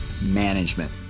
management